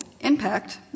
impact